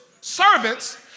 servants